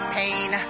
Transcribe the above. pain